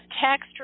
text